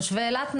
תושבי אילת,